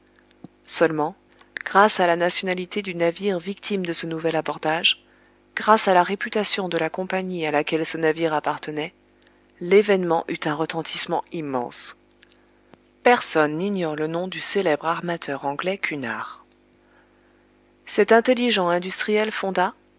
seulement grâce à la nationalité du navire victime de ce nouvel abordage grâce à la réputation de la compagnie à laquelle ce navire appartenait l'événement eut un retentissement immense personne n'ignore le nom du célèbre armateur anglais cunard cet intelligent industriel fonda